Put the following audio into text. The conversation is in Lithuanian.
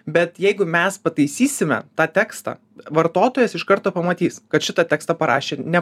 bet jeigu mes pataisysime tą tekstą vartotojas iš karto pamatys kad šitą tekstą parašė ne